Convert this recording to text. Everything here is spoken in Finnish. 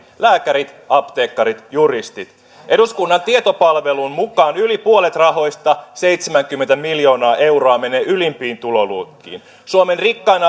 lääkärit apteekkarit juristit eduskunnan tietopalvelun mukaan yli puolet rahoista seitsemänkymmentä miljoonaa euroa menee ylimpiin tuloluokkiin suomen rikkain